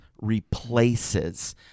replaces